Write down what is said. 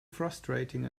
frustrating